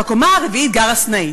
בקומה הרביעית גרה סנאית.